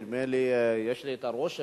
נדמה לי, יש לי רושם